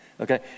Okay